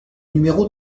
numéro